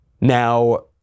Now